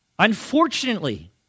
Unfortunately